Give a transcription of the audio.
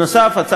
נוסף על כך,